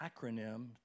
acronym